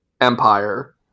empire